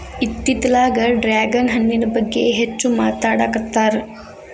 ಇತ್ತಿತ್ತಲಾಗ ಡ್ರ್ಯಾಗನ್ ಹಣ್ಣಿನ ಬಗ್ಗೆ ಹೆಚ್ಚು ಮಾತಾಡಾಕತ್ತಾರ